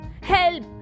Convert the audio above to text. Help